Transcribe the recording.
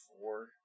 four